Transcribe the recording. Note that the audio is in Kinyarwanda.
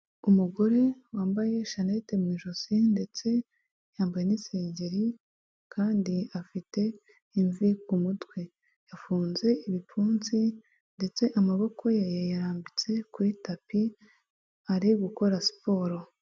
Umugore wambaye shanete mu ijosi ndetse yambaye n'isengeri kandi afite imvi ku mutwe, yafunze ibipfunsi ndetse amaboko ye yayarambitse kuri tapi ari gukora siporo.